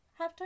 halftime